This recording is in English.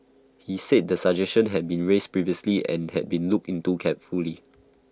he said the suggestion had been raised previously and had been looked into carefully